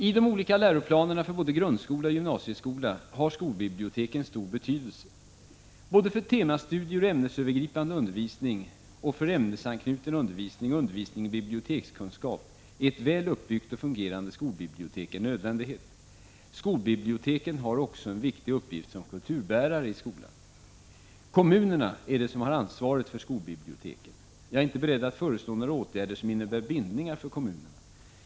I de olika läroplanerna för både grundskola och gymnasieskola har skolbiblioteken stor betydelse. Både för temastudier och ämnesövergripande undervisning och för ämnesanknuten undervisning och undervisning i bibliotekskunskap är ett väl uppbyggt och fungerande skolbibliotek en nödvändighet. Skolbiblioteken har också en viktig uppgift som kulturbärare i skolan. Kommunerna har ansvaret för skolbiblioteken. Jag är inte beredd att föreslå några åtgärder som innebär bindningar för kommunerna.